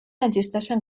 existeixen